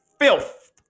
filth